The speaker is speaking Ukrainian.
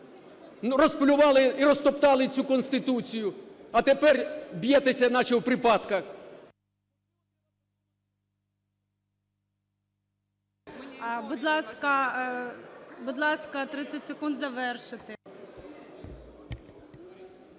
Розплювали і розтоптали цю Конституцію, а тепер б'єтеся, наче в припадках.